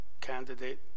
candidate